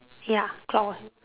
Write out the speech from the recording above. ya clockwise